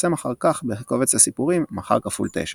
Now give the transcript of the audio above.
שהתפרסם אחר כך בקובץ הסיפורים "מחר כפול תשע".